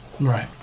Right